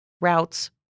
routes